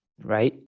right